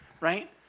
right